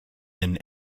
and